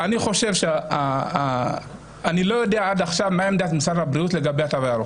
אני לא יודע עד עכשיו מה עמדת משרד הבריאות לגבי התו הירוק.